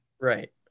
Right